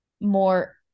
more